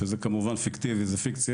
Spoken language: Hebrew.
שזאת כמובן פיקציה,